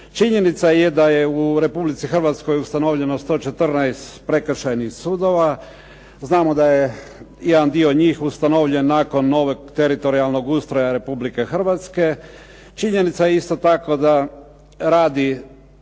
Činjenica je da je u Republici Hrvatskoj ustanovljeno 114 prekršajnih sudova. Znamo da je jedan dio njih ustanovljen nakon ovog teritorijalnog ustroja Republike Hrvatske. Činjenica je isto tako da radi